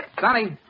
Sonny